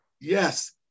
Yes